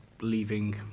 leaving